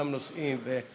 אותם נושאים.